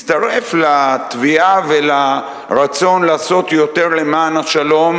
מצטרף לתביעה ולרצון לעשות יותר למען השלום,